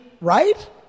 right